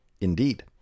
Indeed